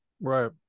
Right